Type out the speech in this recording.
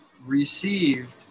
received